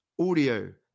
audio